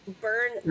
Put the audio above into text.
burn